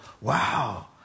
wow